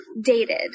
dated